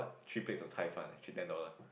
three plates of caifan actually ten dollar